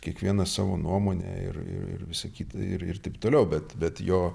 kiekvienas savo nuomonę ir ir ir sakyt ir ir taip toliau bet bet jo